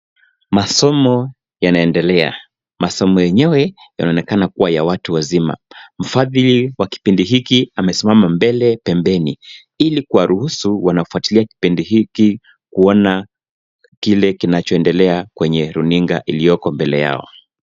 Masomo yanaendelea. Masomo yenyewe yanaonekana kua ya watu wazima. Mfadhili wa kipindi hiki amesimama mbele pembeni, ili kuwaruhusu wanaofuatilia kipindi hiki, kuona kile kinchoendelea kwenye runinga ilioko mbele yao.